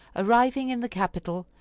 arriving in the capital,